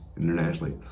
internationally